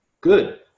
good